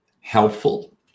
helpful